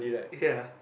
ya